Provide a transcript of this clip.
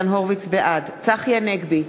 בעד צחי הנגבי,